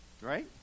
right